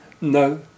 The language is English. no